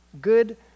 good